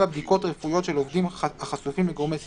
(47)בדיקות רפואיות של עובדים החשופים לגורמי סיכון,